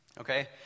Okay